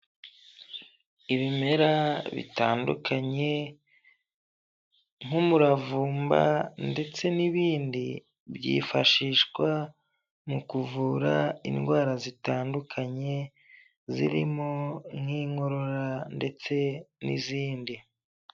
Ibimera bitandukanye nk'umuravumba ndetse n'ibindi byifashishwa mu kuvura indwara zitandukanye zirimo nk'inkorora ndetse n'izindi.